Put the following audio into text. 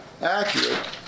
accurate